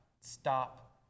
stop